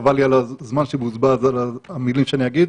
חבל לי על הזמן שיבוזבז על המילים שאגיד,